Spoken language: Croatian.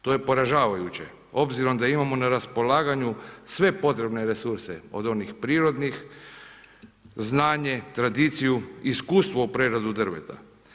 To je poražavajuće obzirom da imamo na raspolaganju sve potrebne resurse od onih prirodnih, znanje, tradiciju, iskustvo u preradi drveta.